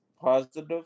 positive